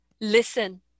listen